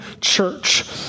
church